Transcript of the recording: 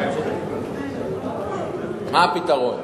מה הפתרון?